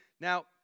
Now